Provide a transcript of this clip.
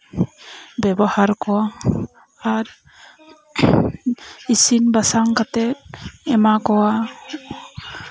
ᱵᱮᱵᱚᱦᱟᱨ ᱠᱚᱣᱟ ᱟᱨ ᱤᱥᱤᱱᱼᱵᱟᱥᱟᱝ ᱠᱟᱛᱮᱫ ᱮᱢᱟᱠᱚᱣᱟ